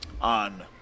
on